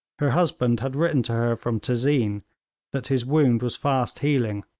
her husband had written to her from tezeen that his wound was fast healing,